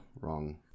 wrong